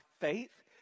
faith